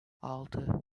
altı